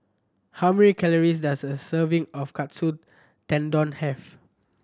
how many calories does a serving of Katsu Tendon have